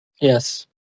yes